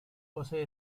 posee